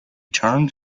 turned